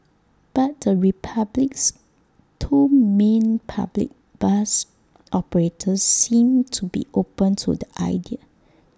but the republic's two main public bus operators seem to be open to the idea